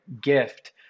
gift